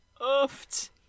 Ooft